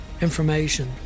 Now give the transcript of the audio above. information